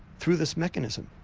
through this mechanism,